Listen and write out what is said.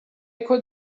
could